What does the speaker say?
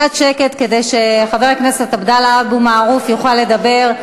קצת שקט כדי שחבר הכנסת עבדאללה אבו מערוף יוכל לדבר.